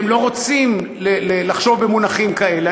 והם לא רוצים לחשוב במונחים כאלה,